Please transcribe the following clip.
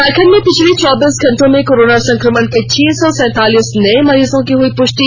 झारखंड में पिछले चौबीस घंटों में कोरोना संकमण के छह सौ सैंतालिस नये मरीजों की हुई पुष्टि